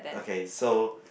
okay so